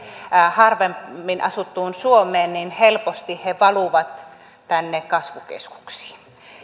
harvemmin asuttuun suomeen niin helposti he valuvat tänne kasvukeskuksiin